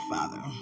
Father